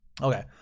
Okay